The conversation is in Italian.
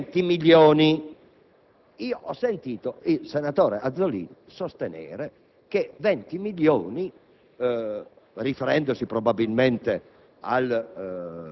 93.801 e sento l'intervento di Azzollini, c'è qualcosa che non funziona: o lui non l'ha letto oppure